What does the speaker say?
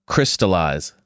Crystallize